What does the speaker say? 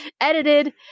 edited